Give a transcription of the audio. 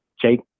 jake